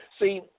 See